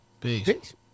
Peace